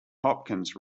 hopkins